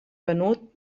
venut